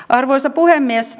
arvoisa puhemies